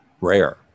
rare